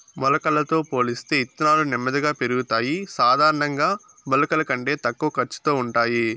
మొలకలతో పోలిస్తే ఇత్తనాలు నెమ్మదిగా పెరుగుతాయి, సాధారణంగా మొలకల కంటే తక్కువ ఖర్చుతో ఉంటాయి